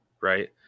Right